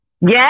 Yes